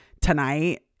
tonight